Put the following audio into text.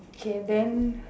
K then